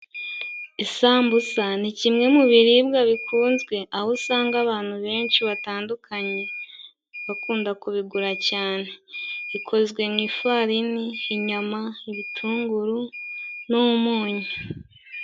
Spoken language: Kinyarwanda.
Isambusa ni kimwe mu biribwa bikunzwe, aho usanga abantu benshi batandukanye bakunda kubigura cyane. Ikozwe mu ifarini, inyama, ibitunguru n'umunyu.